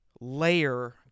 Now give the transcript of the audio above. layer